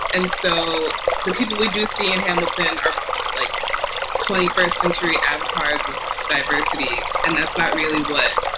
and so the people we do see in hamilton are like twenty first century avatars of diversity. and that's not really what